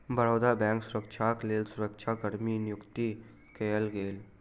बड़ौदा बैंकक सुरक्षाक लेल सुरक्षा कर्मी नियुक्त कएल गेल